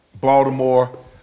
Baltimore